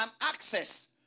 access